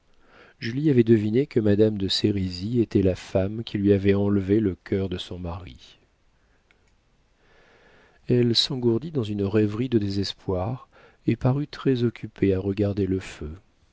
avait deviné que madame de sérizy était la femme qui lui avait enlevé le cœur de son mari elle s'engourdit dans une rêverie de désespoir et parut très occupée à regarder le feu